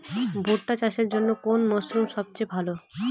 ভুট্টা চাষের জন্যে কোন মরশুম সবচেয়ে ভালো?